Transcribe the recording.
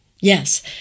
Yes